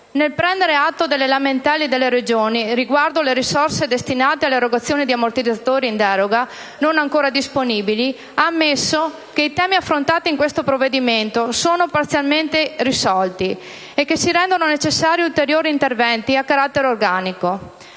nel prendere atto delle lamentele delle Regioni riguardo alle risorse destinate all'erogazione di ammortizzatori in deroga non ancora disponibili, ha ammesso che i temi affrontati in questo provvedimento sono solo parzialmente risolti, e che si rendono necessari ulteriori interventi a carattere organico.